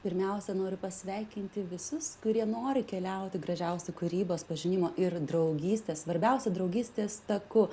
pirmiausia noriu pasveikinti visus kurie nori keliauti gražiausiu kūrybos pažinimo ir draugystės svarbiausia draugystės taku